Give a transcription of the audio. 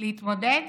להתמודד